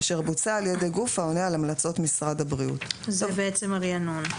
אשר בוצעה על ידי גוף העונה על המלצות משרד הבריאות." זה הריענון בעצם.